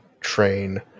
train